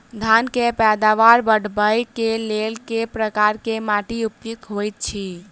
धान केँ पैदावार बढ़बई केँ लेल केँ प्रकार केँ माटि उपयुक्त होइत अछि?